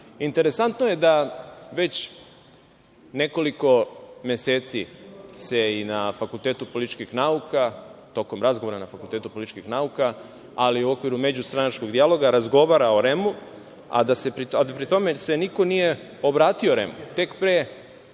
kampanju. Interesantno je da već nekoliko meseci se i na Fakultetu političkih nauka, tokom razgovora na Fakultetu političkih nauka, ali i u okviru međustranačkog dijaloga razgovara o REM-u, a da pri tome se niko nije obratio REM-u. Tek pre